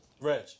Reg